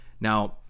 now